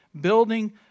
building